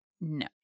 No